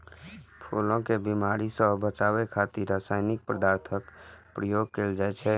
फूल कें बीमारी सं बचाबै खातिर रासायनिक पदार्थक प्रयोग कैल जाइ छै